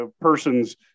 person's